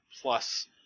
plus